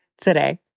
today